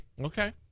okay